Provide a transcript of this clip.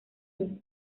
mundo